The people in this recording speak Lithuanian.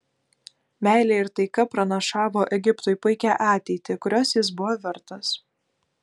meilė ir taika pranašavo egiptui puikią ateitį kurios jis buvo vertas